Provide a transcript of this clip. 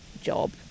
job